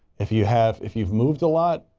if you have, if you've moved a lot,